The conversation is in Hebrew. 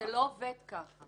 לא עובד ככה.